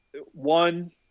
one